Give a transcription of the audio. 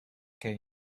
came